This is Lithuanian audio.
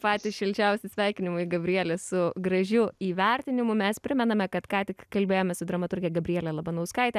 patys šilčiausi sveikinimai gabriele su gražiu įvertinimu mes primename kad ką tik kalbėjomės su dramaturge gabriele labanauskaite